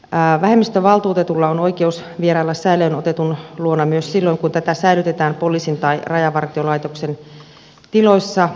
vähemmistövaltuutetulla on oikeus vierailla säilöön otetun luona myös silloin kun tätä säilytetään poliisin tai rajavartiolaitoksen tiloissa